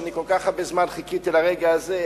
שכל כך הרבה זמן חיכיתי לרגע הזה,